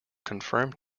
confirmed